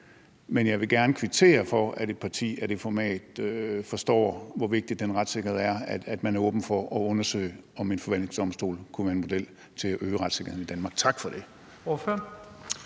men jeg vil gerne kvittere for, at et parti af det format forstår, hvor vigtig den retssikkerhed er, og at man er åben for at undersøge, om en forvaltningsdomstol kunne være en model til at øge retssikkerheden i Danmark. Tak for det.